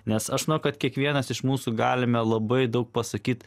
nes aš manau kad kiekvienas iš mūsų galime labai daug pasakyt